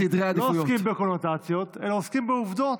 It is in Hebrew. לא עוסקים בקונוטציות אלא עוסקים בעובדות,